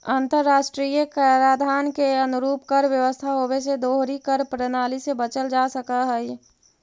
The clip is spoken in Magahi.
अंतर्राष्ट्रीय कराधान के अनुरूप कर व्यवस्था होवे से दोहरी कर प्रणाली से बचल जा सकऽ हई